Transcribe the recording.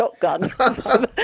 shotgun